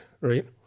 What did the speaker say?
right